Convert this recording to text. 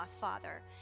father